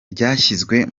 ryashyizwe